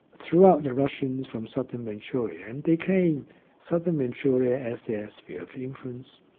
threw out the russians from southern manchuria and they claimed southern manchuria as their sphere of influence.